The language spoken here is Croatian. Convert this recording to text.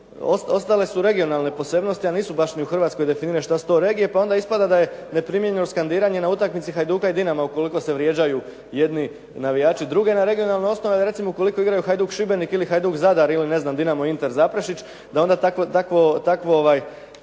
su ostale regionalne posebnosti a nisu baš ni u Hrvatskoj definirano šta su to regije pa onda ispada da je neprimjereno skandiranje na utakmici Hajduka i Dinama ukoliko se vrijeđaju jedni navijači druge. Na regionalnoj osnovi recimo ukoliko igraj Hajduk i Šibenik ili Hajduk i Zadar, ili ne znam Dinamo-Inter Zaprešić da onda takvo